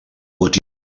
what